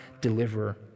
deliverer